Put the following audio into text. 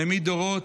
הוא העמיד דורות.